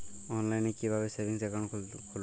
অনলাইনে কিভাবে savings account খুলবো?